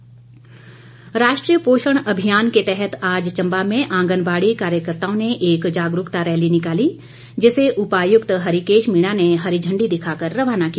पोषण अभियान राष्ट्रीय पोषण अभियान के तहत आज चंबा में आंगनबाड़ी कार्यकताओं ने एक जागरूकता रैली निकाली जिसे उपायुक्त हरिकेश मीणा ने हरी झंडी दिखा कर रवाना किया